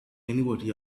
anybody